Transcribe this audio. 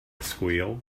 squeal